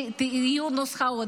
שיהיו נוסחאות.